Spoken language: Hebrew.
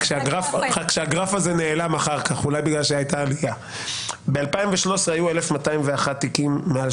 וזה היה מאוד יפה; ב-2014 היו כ-708; ובסוף דצמבר 2015 היו כ-116 תיקים.